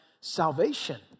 salvation